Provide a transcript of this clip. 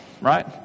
right